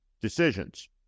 decisions